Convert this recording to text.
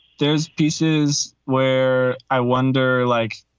there's pieces where i wonder, like,